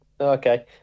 Okay